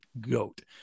goat